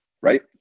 right